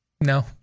No